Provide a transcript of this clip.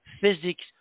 physics